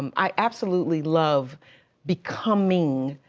um i absolutely love becoming,